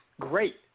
great